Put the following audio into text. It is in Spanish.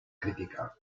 crítica